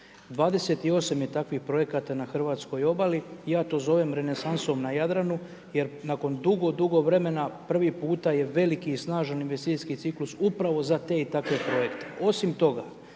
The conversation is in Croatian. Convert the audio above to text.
28. je takvih projekata na hrvatskoj obali i ja to zovem renesansom na Jadranu jer nakon dugo, dugo vremena prvi puta je veliki i snažan investicijski ciklus upravo za te i takve projekte. Osim toga,